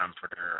comforter